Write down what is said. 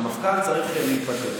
המפכ"ל צריך להתפטר.